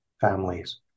families